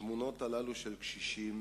התמונות הללו של קשישים